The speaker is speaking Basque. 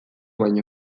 baino